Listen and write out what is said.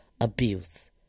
abuse